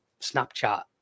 Snapchat